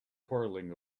quarrelling